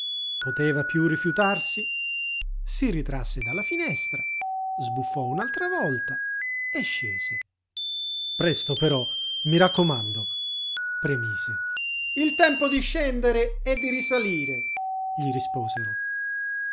poteva piú rifiutarsi si ritrasse dalla finestra sbuffò un'altra volta e scese presto però mi raccomando premise il tempo di scendete e di risalire gli risposero